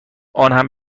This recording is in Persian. آنهم